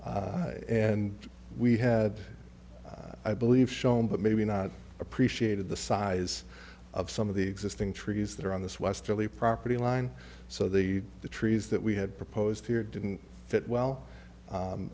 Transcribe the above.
and we had i believe shown but maybe not appreciated the size of some of the existing trees that are on this westerly property line so the the trees that we had proposed here didn't fit well